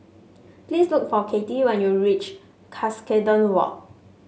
please look for Cathy when you reach Cuscaden Walk